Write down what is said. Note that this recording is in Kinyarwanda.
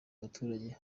abaturage